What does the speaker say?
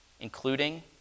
Including